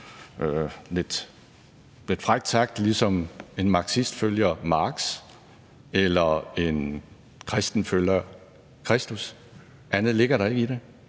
lidt frækt sagt – ligesom en marxist følger Marx eller en kristen følger Kristus. Andet ligger der ikke i det.